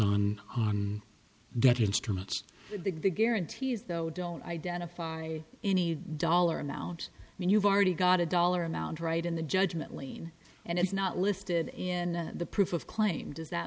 instruments the guarantees though don't identify any dollar amount when you've already got a dollar amount right in the judgment lien and it's not listed in the proof of claim does that